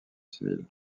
civil